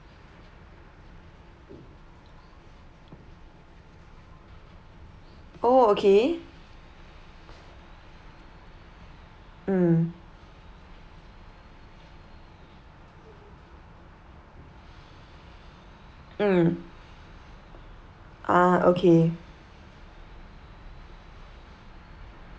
oh okay mm mm ah okay